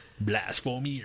blasphemer